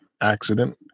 accident